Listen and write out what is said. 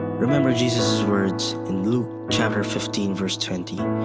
remember jesus's words in luke fifteen twenty,